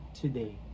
today